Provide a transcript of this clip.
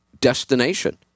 destination